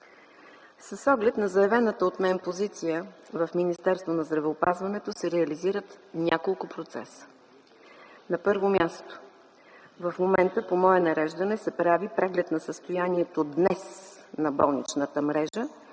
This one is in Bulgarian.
С оглед на заявената от мен позиция в Министерството на здравеопазването се реализират няколко процеса. На първо място, в момента по мое нареждане се прави преглед на състоянието днес на болничната мрежа